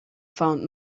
found